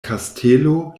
kastelo